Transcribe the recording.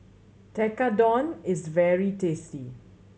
Tekkadon is very tasty